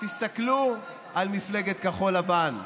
תסתכלו על מפלגת כחול לבן,